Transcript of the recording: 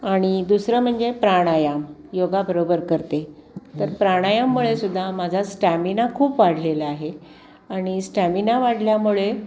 आणि दुसरं म्हणजे प्राणायाम योगाबरोबर करते तर प्राणायाममुळे सुद्धा माझा स्टॅमिना खूप वाढलेला आहे आणि स्टॅमिना वाढल्यामुळे